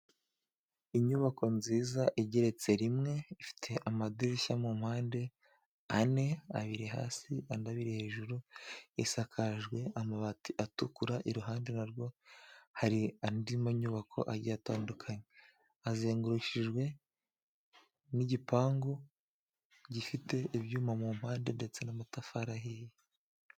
Inyubako nziza igeretse rimwe, ifite amadirishya mu mpande ane, abiri hasi n'abiri hejuru. Isakajwe amabati atukura, iruhande hari indi nyubako zigiye zitandukanye. Hazengurukijwe n'igipangu gifite ibyuma mu mpande, ndetse n'amatafari ahiye.